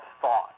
thought